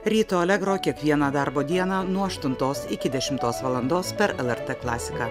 ryto alegro kiekvieną darbo dieną nuo aštuntos iki dešimtos valandos per lrt klasiką